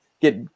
get